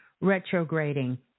retrograding